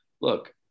look